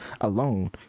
alone